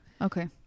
Okay